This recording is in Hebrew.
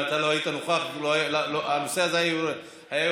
אם לא היית נוכח הנושא הזה היה יורד מסדר-היום.